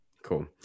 Cool